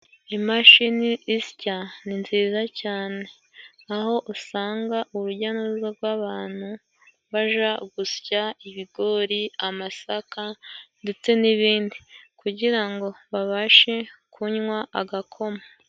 Imashini isya ni nziza cyane, aho usanga urujya n'uruza rw'abantu baja gusya ibigori, amasaka ndetse n'ibindi kugira ngo babashe kunywa agakoma.